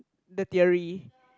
the theory